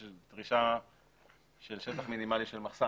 התנאי של שטח מינימלי של מחסן,